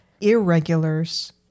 Irregulars